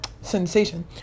sensation